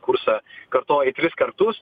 kursą kartoji tris kartus